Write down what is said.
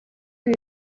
ibi